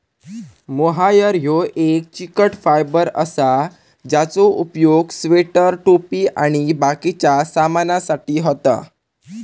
mohair ह्यो एक चिकट फायबर असा ज्याचो उपयोग स्वेटर, टोपी आणि बाकिच्या सामानासाठी होता